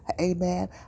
amen